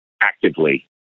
actively